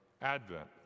Advent